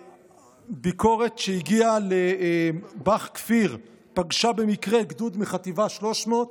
ביקורת שהגיעה לבא"ח כפיר פגשה במקרה גדוד מחטיבה 300,